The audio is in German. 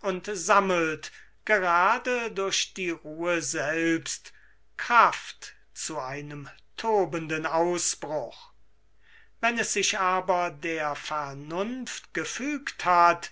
und sammelt gerade durch die ruhe selbst kraft zu einem tobenden ausbruch wenn es sich aber der vernunft gefügt hat